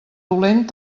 dolent